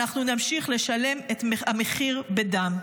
אנחנו נמשיך לשלם את המחיר בדם.